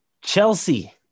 Chelsea